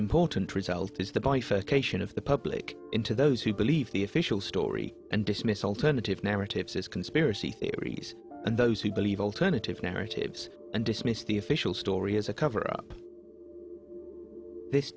cation of the public into those who believe the official story and dismiss alternative narratives as conspiracy theories and those who believe alternative narratives and dismiss the official story as a cover up t